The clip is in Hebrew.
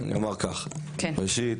אני אומר כך, ראשית